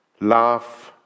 laugh